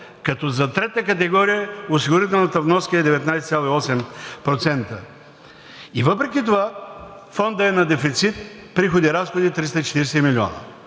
като за трета категория осигурителната вноска е 19,8%. И въпреки това Фондът е на дефицит – приходи-разходи, 340 милиона.